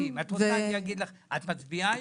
הם משנים, את מצביעה היום?